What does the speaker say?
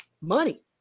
money